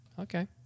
okay